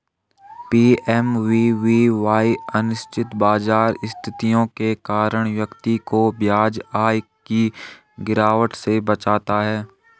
PMVVY अनिश्चित बाजार स्थितियों के कारण व्यक्ति को ब्याज आय की गिरावट से बचाता है